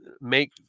make